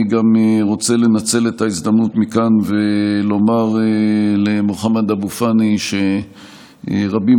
אני גם רוצה לנצל את ההזדמנות ולומר למוחמד אבו פאני מכאן שרבים